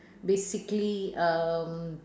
basically um